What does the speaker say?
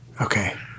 Okay